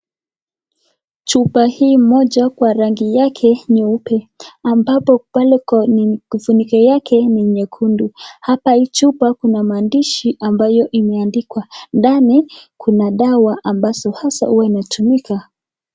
Chupa hii moja kwa rangi yake nyeupe ambapo pale kwa kifuniko yake ni nyekundu. Hapa hii chupa kuna maandishi ambayo imeandikwa. Ndani kuna dawa ambazo hasa huwa inatumika.